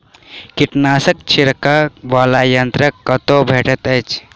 कीटनाशक छिड़कअ वला यन्त्र कतौ भेटैत अछि?